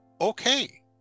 okay